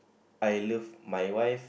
I love my wife